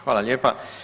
Hvala lijepa.